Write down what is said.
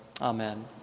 Amen